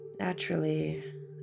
Naturally